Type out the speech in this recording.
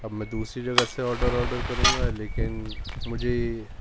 اب میں دوسری جگہ سے آرڈر آرڈر کروں گا لیکن مجھے